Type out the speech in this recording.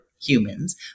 humans